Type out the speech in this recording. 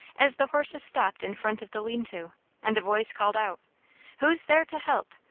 as the horses stopped in front of the lean-to and a voice called out who's there to help?